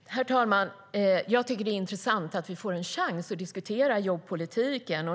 Herr talman! Jag tycker att det är intressant att få en chans att diskutera jobbpolitiken.